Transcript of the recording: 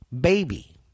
baby